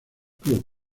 club